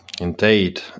Indeed